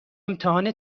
امتحان